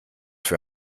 für